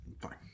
Fine